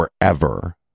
forever